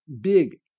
big